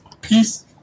Peace